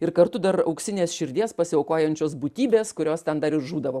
ir kartu dar auksinės širdies pasiaukojančios būtybės kurios ten dar ir žūdavo